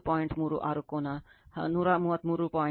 36 ಕೋನ 133